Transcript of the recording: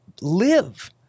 live